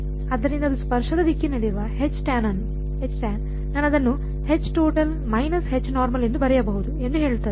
ಆದ್ದರಿಂದ ಅದು ಸ್ಪರ್ಶದ ದಿಕ್ಕಿನಲ್ಲಿರುವ ನಾನು ಅದನ್ನು ಎಂದು ಬರೆಯಬಹುದು ಎಂದು ಹೇಳುತ್ತದೆ